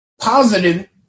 positive